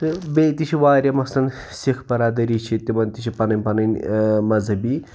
تہٕ بیٚیہِ تہِ چھِ واریاہ مثلاً سِکھ برادٔری چھِ تِمَن تہِ چھِ پَنٕنۍ پَنٕنۍ مذۂبی